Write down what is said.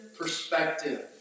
perspective